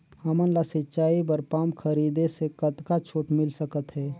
हमन ला सिंचाई बर पंप खरीदे से कतका छूट मिल सकत हे?